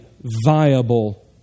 viable